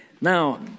Now